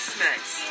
Snacks